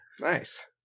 Nice